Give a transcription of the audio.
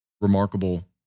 remarkable